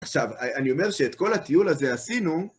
עכשיו, אני אומר שאת כל הטיול הזה עשינו,